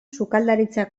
sukaldaritza